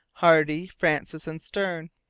hardy, francis, and stern.